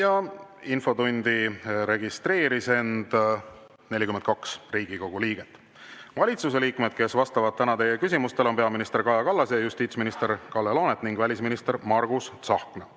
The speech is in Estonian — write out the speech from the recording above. [kohalolijaks] registreeris end 42 Riigikogu liiget. Valitsuse liikmed, kes vastavad täna teie küsimustele, on peaminister Kaja Kallas, justiitsminister Kalle Laanet ning välisminister Margus Tsahkna.